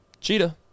Cheetah